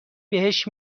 بهش